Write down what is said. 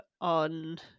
on